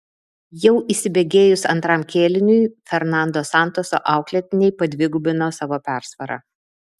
jau įsibėgėjus antram kėliniui fernando santoso auklėtiniai padvigubino savo persvarą